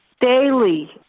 daily